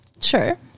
Sure